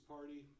Party